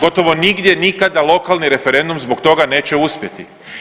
Gotovo nigdje nikada lokalni referendum zbog toga neće uspjeti.